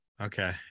Okay